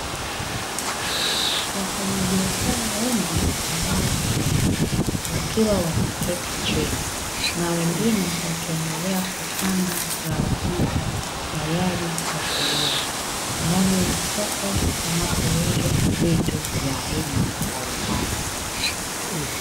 Wafanyabiashara wengi wa zao la nyanya, wakiwa wameketi chini, na wengine wakiendelea kupanga zao hilo, tayari kwa kuuza ndani ya soko panapouuzwa vitu vya aina mbalimbali.